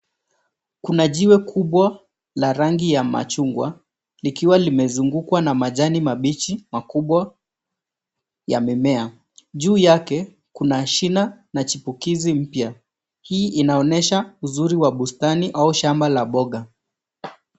Kuna jiwe kubwa la rangi ya machungwa likiwa limezungukwa na majani mabichi makubwa ya mimea. Juu yake, kuna shina na chipukizi mpya. Hii inaonyesha uzuri wa bustani au shamba la mboga.